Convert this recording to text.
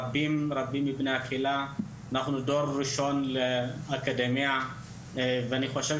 רבים מבני הקהילה הם דור ראשון באקדמיה ואני חושב